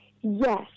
Yes